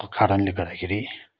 को कारणले गर्दाखेरि